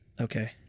Okay